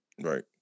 Right